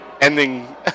ending